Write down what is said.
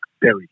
Berry